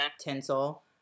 tinsel